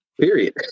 period